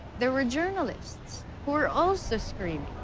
there were journalists who were also screaming.